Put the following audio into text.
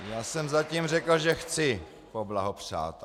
Já jsem zatím řekl, že chci poblahopřát.